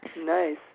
Nice